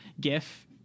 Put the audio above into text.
gif